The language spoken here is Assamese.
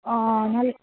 অ' ভাল